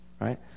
right